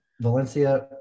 Valencia